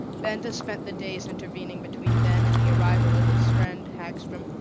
benda spent the days intervening between then and the arrival of his friend hagstrom,